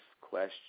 question